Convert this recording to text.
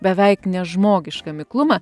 beveik nežmogišką miklumą